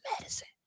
medicine